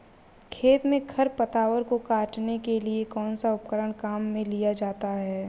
खेत में खरपतवार को काटने के लिए कौनसा उपकरण काम में लिया जाता है?